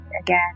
Again